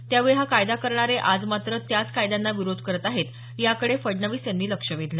त्यावेळी हा कायदा करणारे आज मात्र त्याच कायद्यांना विरोध करत आहेत याकडे फडणवीस यांनी लक्ष वेधलं